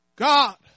God